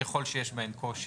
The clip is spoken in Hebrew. ככל שיש בהן קושי.